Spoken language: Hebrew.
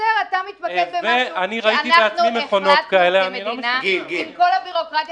אנחנו החלטנו כמדינה שכל הביורוקרטיה